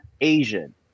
Asian